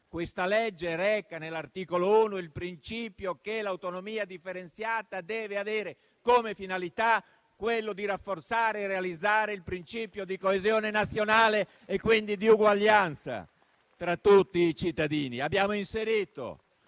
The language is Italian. di legge reca all'articolo 1 il principio che l'autonomia differenziata deve avere come finalità il rafforzamento e la realizzazione del principio di coesione nazionale e quindi di uguaglianza tra tutti i cittadini. Abbiamo inserito